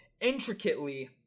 intricately